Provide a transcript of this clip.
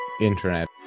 internet